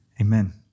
Amen